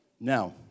Now